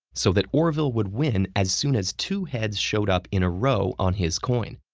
so that orville would win as soon as two heads showed up in a row on his coin,